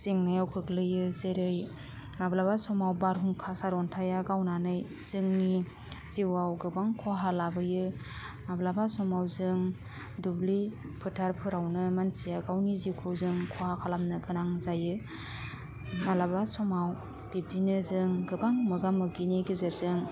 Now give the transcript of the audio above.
जेंनायाव खोख्लैयो जेरै माब्लाबा समाव बारहुंखा सारअन्थाइआ गावनानै जोंनि जिउआव गोबां खहा लाबोयो माब्लाबा समाव जों दुब्लि फोथारफोरावनो मानसिया गावनि जिउखौ जों खहा खालामनो गोनां जायो मालाबा समाव बिब्दिनो जों गोबां मोगा मोगिनि गेजेरजों